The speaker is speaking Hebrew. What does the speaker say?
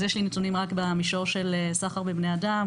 יש לי נתונים רק במישור של סחר בבני אדם,